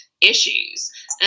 issues